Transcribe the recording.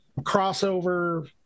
crossover